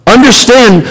Understand